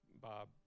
Bob